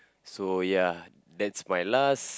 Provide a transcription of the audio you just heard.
so ya that's my last